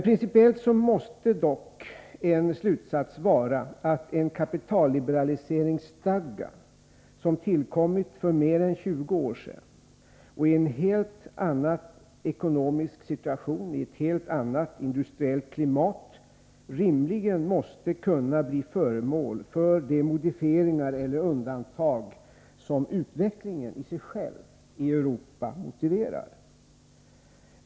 Principiellt måste dock en slutsats vara att en kapitalliberaliseringsstadga som tillkommit för mer än 20 år sedan, i en helt annan ekonomisk situation och i ett helt annat industriellt klimat, rimligtvis måste kunna bli föremål för modifieringar eller undantag som utvecklingen i Europa i sig själv motiverar.